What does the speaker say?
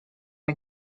jak